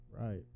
Right